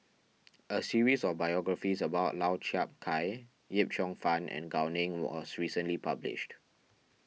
a series of biographies about Lau Chiap Khai Yip Cheong Fun and Gao Ning was recently published